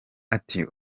ati